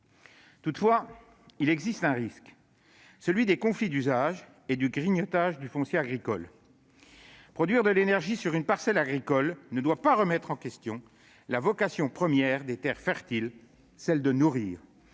Toutefois, il existe un risque : celui des conflits d'usage et du « grignotage » du foncier agricole. Produire de l'énergie sur une parcelle agricole ne doit pas remettre en question la vocation première des terres fertiles, celle de nourrir.